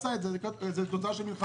ועשה מעשה אלימות זה תוצאה של מלחמה.